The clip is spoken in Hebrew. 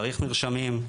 צריך מרשמים,